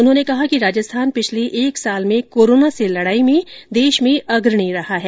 उन्होंने कहा कि राजस्थान पिछले एक साल में कोरोना से लड़ाई में देश में अग्रणी रहा है